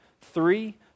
three